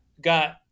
got